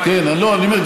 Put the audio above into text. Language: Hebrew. אני אומר,